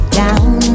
down